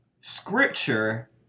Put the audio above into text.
Scripture